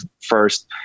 first